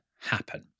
happen